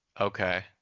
Okay